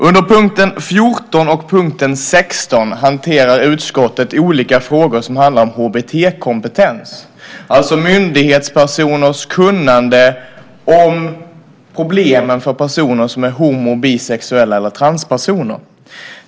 Under punkterna 14 och 16 hanterar utskottet olika frågor som handlar om HBT-kompetens, alltså myndighetspersoners kunnande om de problem som finns för dem som är homosexuella, bisexuella och transpersoner.